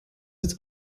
its